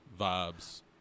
vibes